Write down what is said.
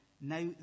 Now